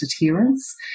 adherence